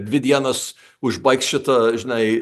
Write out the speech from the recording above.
dvi dienas užbaigs šitą žinai